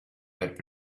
that